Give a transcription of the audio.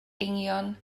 eingion